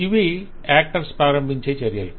ఇవి యాక్టర్స్ ప్రారంభించే చర్యలు